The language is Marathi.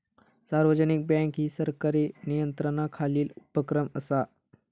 सार्वजनिक बँक ही सरकारी नियंत्रणाखालील उपक्रम असा